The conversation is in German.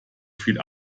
viel